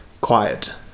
quiet